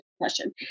question